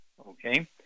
Okay